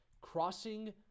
crossing